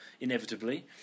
inevitably